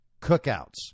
cookouts